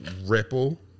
ripple